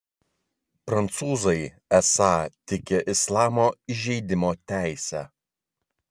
prancūzai esą tiki islamo įžeidimo teise